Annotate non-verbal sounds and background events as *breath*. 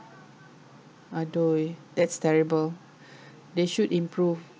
!aduh! eh that's terrible *breath* they should improve